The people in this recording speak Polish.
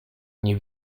nie